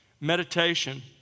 Meditation